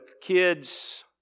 kids